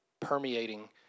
permeating